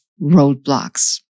roadblocks